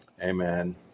amen